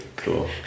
cool